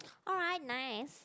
alright nice